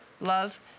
love